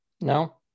No